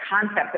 concept